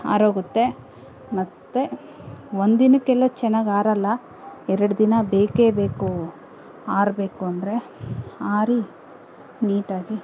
ಆರೋಗುತ್ತೆ ಮತ್ತೆ ಒಂದಿನಕ್ಕೆಲ್ಲ ಚೆನ್ನಾಗಿ ಆರೋಲ್ಲ ಎರಡು ದಿನ ಬೇಕೇ ಬೇಕು ಆರಬೇಕು ಅಂದರೆ ಆರಿ ನೀಟಾಗಿ